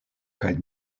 kaj